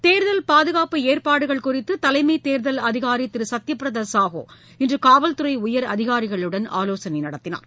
தேர்தல் பாதுகாப்பு ஏற்பாடுகள் குறித்து தலைமை தேர்தல் அதிகாரி திரு சத்ய பிரத சாகு இன்று காவல்துறை உயரதிகாரிகளுடன் ஆலோசனை நடத்தினார்